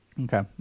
Okay